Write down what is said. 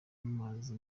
amazi